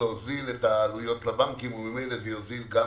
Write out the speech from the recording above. להוזיל את העלויות לבנקים וממילא זה יוזיל גם